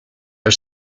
are